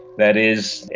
that is,